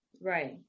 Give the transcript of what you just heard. right